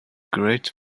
great